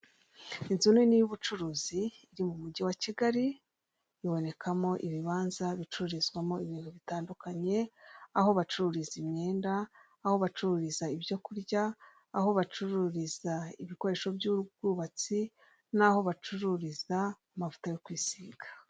Inzu nini y'ubucuruzi iri mu mujyi wa Kigali ibonekamo ibibanza bicururizwamo ibintu bitandukanye ,aho bacururiza imyenda, aho bacururiza ibyo kurya, aho bacururiza ibikoresho by'ubwubatsi n'aho bacururiza amavuta yo kwisiga.